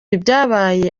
ibyabaye